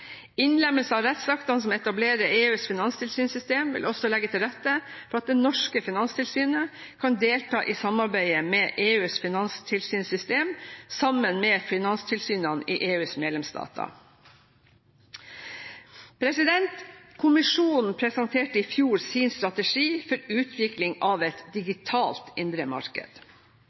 Innlemmelse av rettsaktene som etablerer EUs finanstilsynssystem, vil også legge til rette for at det norske Finanstilsynet kan delta i samarbeidet i EUs finanstilsynssystem sammen med finanstilsynene i EUs medlemsstater. Kommisjonen presenterte i fjor sin strategi for utviklingen av et digitalt indre marked.